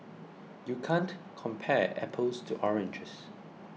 you can't compare apples to oranges